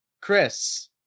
Chris